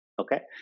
Okay